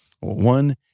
one